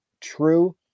true